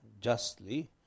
justly